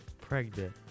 Pregnant